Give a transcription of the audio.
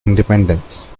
independence